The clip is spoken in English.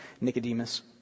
Nicodemus